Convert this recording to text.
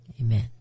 Amen